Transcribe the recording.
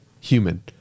human